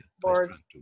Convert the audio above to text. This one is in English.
boards